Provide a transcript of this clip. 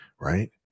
right